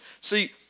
See